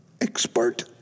Expert